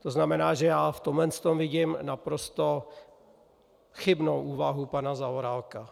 To znamená, že já v tomhle vidím naprosto chybnou úvahu pana Zaorálka.